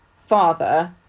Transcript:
father